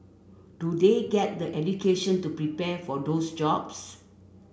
do they get the education to prepare for those jobs